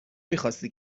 میخاستی